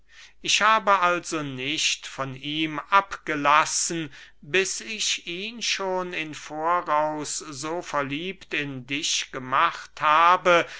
ich habe also nicht von ihm abgelassen bis ich ihn schon in voraus so verliebt in dich gemacht habe